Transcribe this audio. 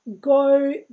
go